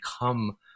become